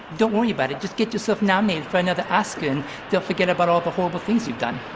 don't worry about it, just get yourself nominated for another oscar and they'll forget about all the horrible things you've done.